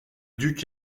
duc